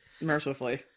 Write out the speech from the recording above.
Mercifully